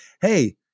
hey